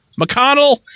McConnell